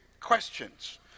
questions